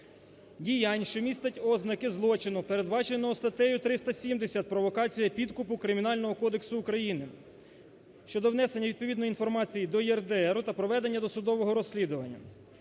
діянь, що містять ознаки злочину, передбаченого статтею 370 – "Провокація підкупу" Кримінального кодексу України щодо внесення відповідної інформації до ЄРДРу та проведення досудового розслідування.